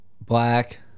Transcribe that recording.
Black